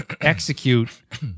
execute